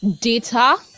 data